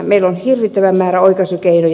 meillä on hirvittävä määrä oikaisukeinoja